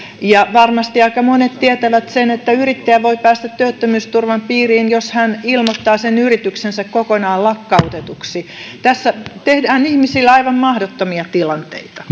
varmasti aika monet tietävät sen että yrittäjä voi päästä työttömyysturvan piiriin jos hän ilmoittaa yrityksensä kokonaan lakkautetuksi tässä tehdään ihmisille aivan mahdottomia tilanteita